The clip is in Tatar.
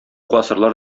гасырлар